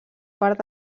part